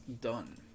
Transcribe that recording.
Done